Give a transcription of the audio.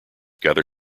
gather